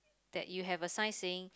that you have a sign saying